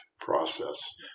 process